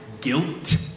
guilt